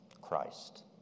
Christ